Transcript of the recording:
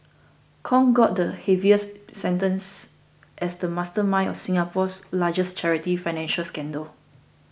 Kong got the heaviest sentence as the mastermind of Singapore's largest charity financial scandal